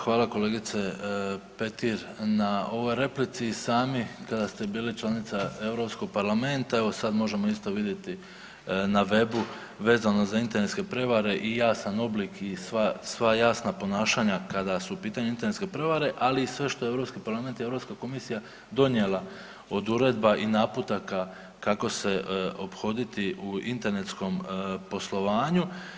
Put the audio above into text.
Hvala kolegice Petir na ovoj replici i sami kada ste bili članica Europskog parlamenta evo sad možemo isto vidjeti na webu vezano za internetske prevare i jasan oblik i sva, sva jasna ponašanja kada su u pitanju internetske prevare, ali i sve što je Europski parlament i Europska komisija donijela od uredba i naputaka kako se ophoditi u internetskom poslovanju.